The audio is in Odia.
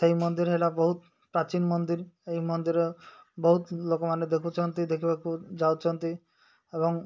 ସେଇ ମନ୍ଦିର ହେଲା ବହୁତ ପ୍ରାଚୀନ ମନ୍ଦିର ଏହି ମନ୍ଦିର ବହୁତ ଲୋକମାନେ ଦେଖୁଛନ୍ତି ଦେଖିବାକୁ ଯାଉଛନ୍ତି ଏବଂ